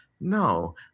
no